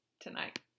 tonight